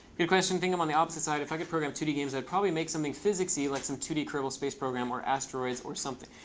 good question. i think i'm on the opposite side. if i could program two d games, i'd probably make something physicsy, like some two d kerbal space program or asteroids or something.